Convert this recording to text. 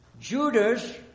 Judas